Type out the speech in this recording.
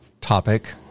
topic